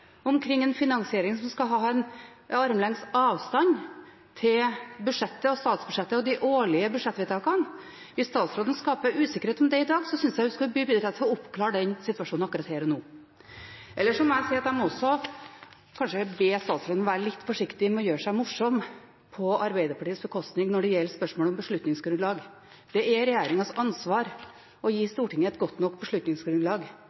omkring en finansiering som skal ha en armlengdes avstand til budsjettet, statsbudsjettet og de årlige budsjettvedtakene, synes jeg hun skal bidra til å oppklare den situasjonen akkurat her og nå. Ellers må jeg si at jeg må også be statsråden kanskje være litt forsiktig med å gjøre seg morsom på Arbeiderpartiets bekostning når det gjelder spørsmålet om beslutningsgrunnlag. Det er regjeringens ansvar å gi Stortinget et godt nok beslutningsgrunnlag.